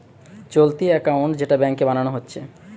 চলতি একাউন্ট যেটা ব্যাংকে বানানা হচ্ছে